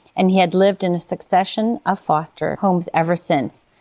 and he had lived in a succession of foster homes ever since.